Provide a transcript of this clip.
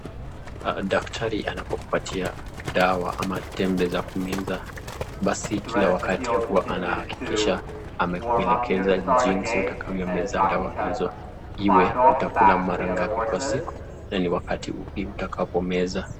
Daktari anapokupatia dawa ama tembe za kumeza basi kila wakati huwa anahakikisha amekuelekeza jinsi utakavyomeza dawa hizo, iwe utakula mara ngapi kwa siku na ni wakati upi utakapo meza.